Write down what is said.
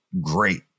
great